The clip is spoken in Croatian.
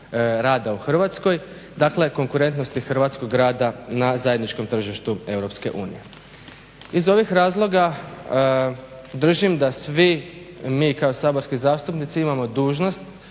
rada u Hrvatskoj, dakle konkurentnosti hrvatskog rada na zajedničkom tržištu EU. Iz ovih razloga držim da svi mi kao saborski zastupnici imamo dužnost